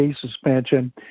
suspension